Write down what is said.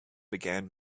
began